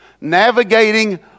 navigating